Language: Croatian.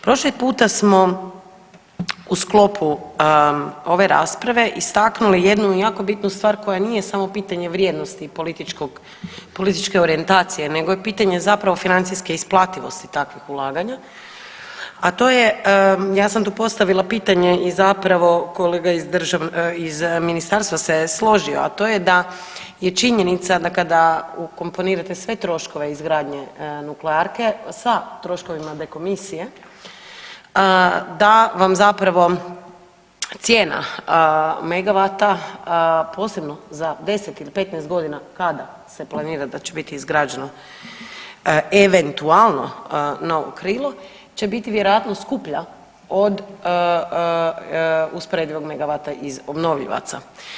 Prošli puta smo u sklopu ove rasprave istaknuli jednu jako bitnu stvar koja nije samo pitanje vrijednosti političkog, političke orijentacije nego je pitanje zapravo financijske isplativosti takvog ulaganja, a to je ja sam tu postavila pitanje i zapravo kolega iz ministarstva se je složio, a to je da je činjenica da kada ukomponirate sve troškove izgradnje nuklearke sa troškovima dekomisije da vam zapravo cijena megavata posebno za 10 ili 15 godina kada se planira da će biti izgrađeno eventualno novo krilo će biti vjerojatno skuplja od usporedivog megavata iz obnovljivaca.